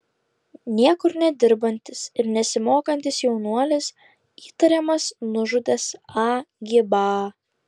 niekur nedirbantis ir nesimokantis jaunuolis įtariamas nužudęs a gibą